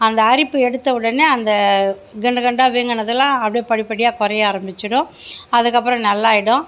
அந்த அரிப்பு எடுத்த உடனே அந்த கண்டு கண்டாக வீங்கினதெல்லாம் அப்படியே படிப்படியாக குறைய ஆரமிச்சுடும் அதுக்கப்புறம் நல்லாகிடும்